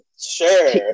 Sure